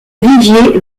viviers